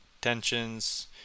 tensions